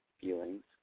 feelings